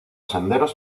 senderos